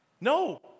no